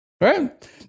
right